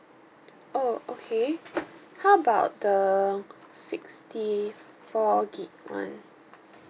oh okay how about the sixty four gig one